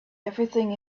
everything